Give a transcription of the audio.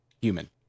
human